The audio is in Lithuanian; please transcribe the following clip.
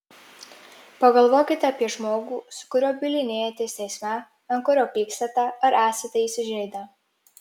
pagalvokite apie žmogų su kuriuo bylinėjatės teisme ant kurio pykstate ar esate įsižeidę